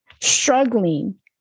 struggling